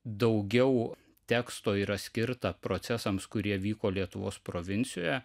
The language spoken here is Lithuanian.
daugiau teksto yra skirta procesams kurie vyko lietuvos provincijoje